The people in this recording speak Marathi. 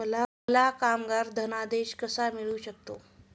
मला कामगार धनादेश कसा मिळू शकतो?